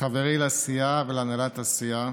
חבריי לסיעה ולהנהלת הסיעה,